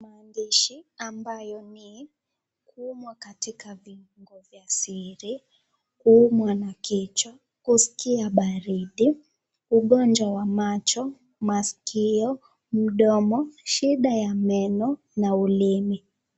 Maandishi ambayo ni kuumwa katika viungo vya siri, kuumwa na kichwa, kusikia baridi, ugonjwa wa macho, masikio mdomo shida ya meno, na ulimi.